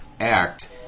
act